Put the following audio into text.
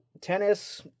tennis